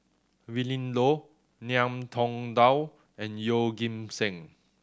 Willin Low Ngiam Tong Dow and Yeoh Ghim Seng